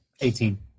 Eighteen